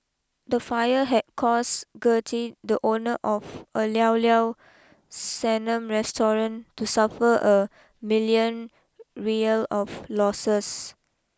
the fire had caused Gertie the owner of a Liao Liao Sanum restaurant to suffer a million Riyal of losses